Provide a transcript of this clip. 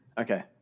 Okay